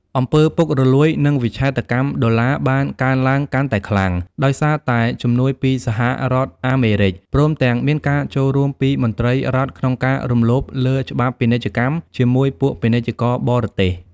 អំពើពុករលួយ និងវិច្ឆេទកម្មដុល្លារបានកើនឡើងកាន់តែខ្លាំង ដោយសារតែជំនួយពីសហរដ្ឋអាមេរិក ព្រមទាំងមានការចូលរួមពីមន្ត្រីរដ្ឋក្នុងការរំលោភលើច្បាប់ពាណិជ្ជកម្មជាមួយពួកពាណិជ្ជករបរទេស។